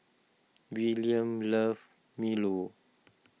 Willaim loves Milo